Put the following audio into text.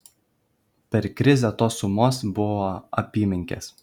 per krizę tos sumos buvo apymenkės